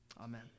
Amen